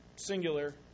singular